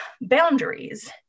boundaries